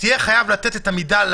מחייבת --- הרי האימא מקבלת,